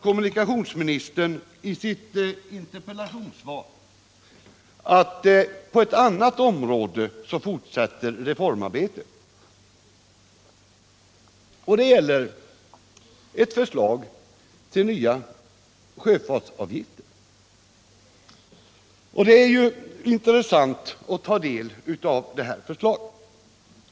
Kommunikationsministern uttalar i sitt interpellationssvar att reformarbetet fortsätter på ett annat område. Det gäller ett förslag till nya sjöfartsavgifter. Det är intressant att ta del av det förslaget.